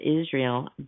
Israel